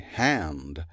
hand